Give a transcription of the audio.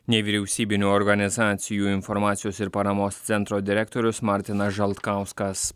nevyriausybinių organizacijų informacijos ir paramos centro direktorius martinas žaltkauskas